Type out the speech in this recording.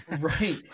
Right